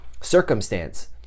circumstance